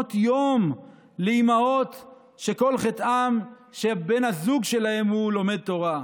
במעונות יום לאימהות שכל חטאן הוא שבן הזוג שלהן לומד תורה.